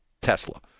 Tesla